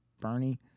Bernie